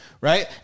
Right